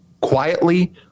quietly